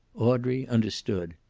audrey understood.